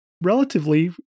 relatively